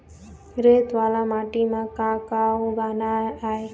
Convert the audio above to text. रेत वाला माटी म का का उगाना ये?